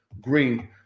green